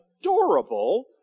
adorable